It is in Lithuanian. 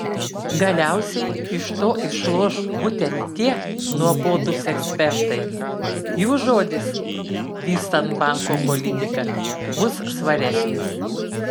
galiausiai iš to išloš būtent tie nuobodūs ekspertai jų žodis vystant banko politiką bus svaresnis